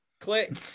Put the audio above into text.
click